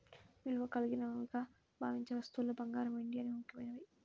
విలువ కలిగినవిగా భావించే వస్తువుల్లో బంగారం, వెండి అనేవి ముఖ్యమైనవి